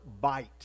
bite